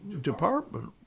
department